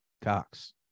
Cox